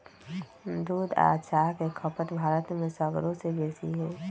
दूध आ चाह के खपत भारत में सगरो से बेशी हइ